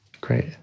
Great